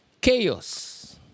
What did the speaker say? chaos